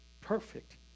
Perfect